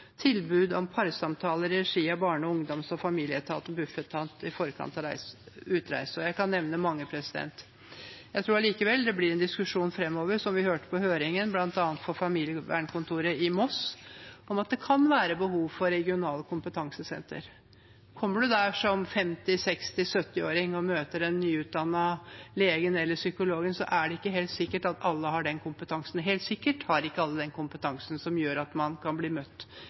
tilbud om parsamtaler i regi av barne-, ungdoms- og familieetaten Bufetat i forkant av utreise Jeg kunne nevnt mange. Jeg tror likevel det blir en diskusjon framover, som vi hørte på høringen, bl.a. fra familievernkontoret i Moss, om at det kan være behov for regionale kompetansesentre. Kommer man som 50-, 60- eller 70-åring og møter en nyutdannet lege eller psykolog, er det helt sikkert ikke alle som har den kompetansen som gjør at man kan bli møtt